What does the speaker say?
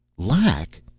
lack!